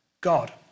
God